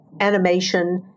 animation